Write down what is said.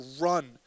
run